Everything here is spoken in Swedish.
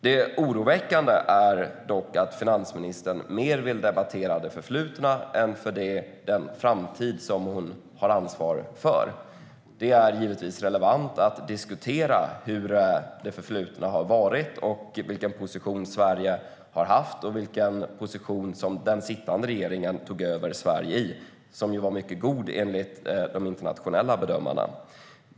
Det oroväckande är dock att finansministern vill debattera det förflutna mer än den framtid som hon har ansvar för. Det är givetvis relevant att diskutera det förflutna, vilken position Sverige har haft och vilken position den sittande regeringen tog över Sverige i - den var mycket god, enligt de internationella bedömarna.